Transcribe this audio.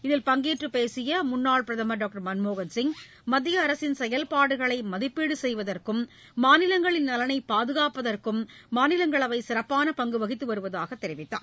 இதில் பங்கேற்று பேசிய முன்னாள் பிரதம் டாக்டர் மன்மோகன்சிங் மத்திய அரசின் செயல்பாடுகளை மதிப்பீடு செய்வதற்கும் மாநிலங்களின் நலனை பாதுகாப்பதற்கும் மாநிலங்களவை சிறப்பான பங்கு வகித்து வருவதாகக் கூறினார்